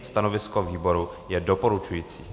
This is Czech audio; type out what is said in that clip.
Stanovisko výboru je doporučující.